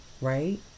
Right